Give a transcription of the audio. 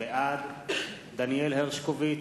בעד דניאל הרשקוביץ,